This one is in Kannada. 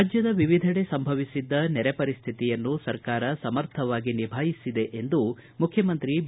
ರಾಜ್ದದ ವಿವಿಧೆಡೆ ಸಂಭವಿಸಿದ್ದ ನೆರೆ ಪರಿಸ್ವಿತಿಯನ್ನು ಸರ್ಕಾರ ಸಮರ್ಥವಾಗಿ ನಿಭಾಯಿಸಿದೆ ಎಂದು ಮುಖ್ಯಮಂತ್ರಿ ಬಿ